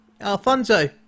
Alfonso